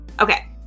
Okay